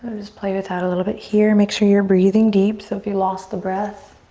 just play with that a little bit here. make sure you're breathing deep. so if you lost the breath,